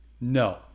No